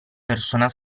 persona